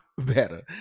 better